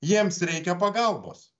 jiems reikia pagalbos